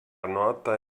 nota